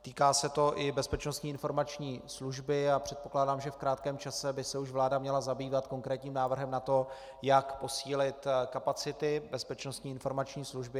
Týká se to i Bezpečnostní informační služby a předpokládám, že v krátkém čase by se už vláda měla zabývat konkrétním návrhem na to, jak posílit kapacity Bezpečnostní informační služby.